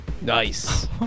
Nice